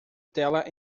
tela